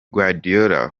guardiola